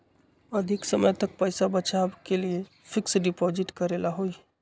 अधिक समय तक पईसा बचाव के लिए फिक्स डिपॉजिट करेला होयई?